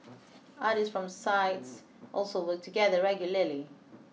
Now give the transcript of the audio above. artists from sides also work together regularly